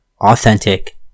authentic